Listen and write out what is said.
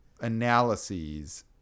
analyses